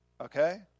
okay